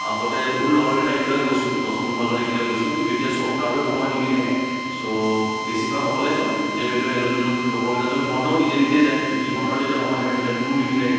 আগতে বহুত লগৰকিটা একেলগে গৈছিলো দচ পোন্ধৰজন একেলগে গৈছিলো কিন্তু এতিয়া কাৰোৱে সময় নিমিলেগে ছ' বেছিভাগ অকলেই যাওঁ কেতিয়াবা কেতিয়াবা এজন দুজন লগৰকিটা যায় ইহঁত বাও নিজে নিজে যায় ইহঁতৰ যেতিয়া সময় থাকে তেতিয়া মোৰ নিমিলেগে